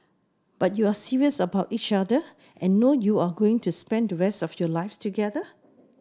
but you're serious about each other and know you're going to spend the rest of your lives together